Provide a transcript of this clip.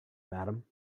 madam